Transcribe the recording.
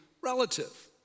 relative